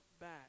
back